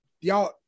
y'all